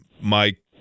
Mike